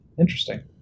Interesting